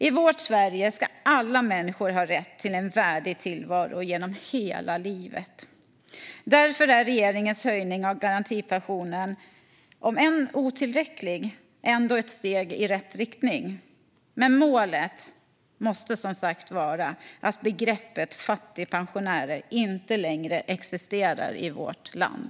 I vårt Sverige ska alla människor ha rätt till en värdig tillvaro genom hela livet. Därför är regeringens höjning av garantipensionen, om än otillräcklig, ett steg i rätt riktning. Men målet måste som sagt vara att begreppet fattigpensionärer inte längre ska existera i vårt land.